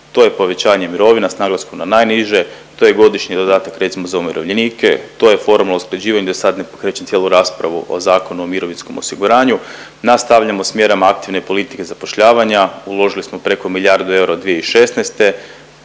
To je povećanje mirovine s naglaskom na najniže, to je godišnji dodatak recimo za umirovljenike. To je formalno usklađivanje da sad ne pokrećem cijelu raspravu o Zakonu o mirovinskom osiguranju. Nastavljamo s mjerama aktivne politike zapošljavanja. Uložili smo preko milijardu eura od 2016.,